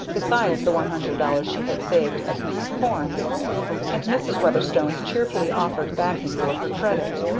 besides the one hundred dollars she had saved at mrs. porne's and mrs. weatherstone's cheerfully offered backing gave her credit.